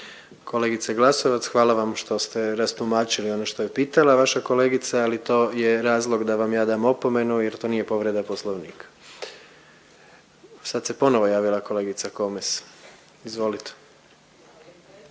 Kolegice Glasovac, hvala vam što ste rastumačili ono što je pitala vaša kolegica, ali to je razlog da vam ja dam opomenu jer to nije povreda Poslovnika. Sad se ponovo javila kolegica Komes, izvolite.